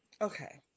Okay